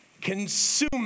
Consume